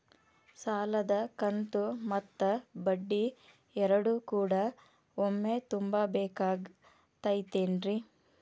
ಸಾಲದ ಕಂತು ಮತ್ತ ಬಡ್ಡಿ ಎರಡು ಕೂಡ ಒಮ್ಮೆ ತುಂಬ ಬೇಕಾಗ್ ತೈತೇನ್ರಿ?